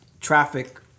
traffic